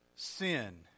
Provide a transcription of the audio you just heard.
Sin